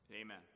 Amen